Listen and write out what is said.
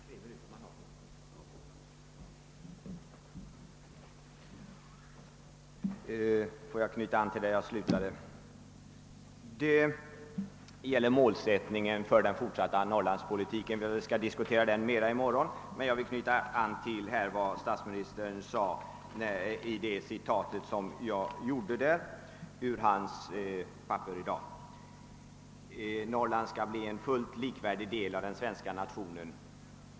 Herr talman! Tillåt mig återknyta till vad jag nyss slutade med, nämligen målsättningen för den fortsatta Norrlandspolitiken. Vi skall diskutera den frågan mera ingående i morgon, men jag vill ändå här knyta an till vad statsministern sade — vilket jag citerade — nämligen att Norrland skall bli en med övriga delar likvärdig del av den svenska nationen.